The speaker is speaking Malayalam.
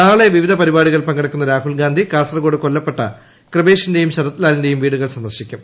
നാളെ വിവിധ പരിപാട്ടീകളിൽ പങ്കെടുക്കുന്ന രാഹുൽ ഗാന്ധി കാസർകോട് കൊല്ലപ്പെട്ട് കൃപേഷിന്റെയും ശരത്ലാലിന്റെയും വീടുകൾ സന്ദർശിക്കും